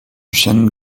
chêne